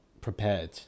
prepared